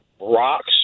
rocks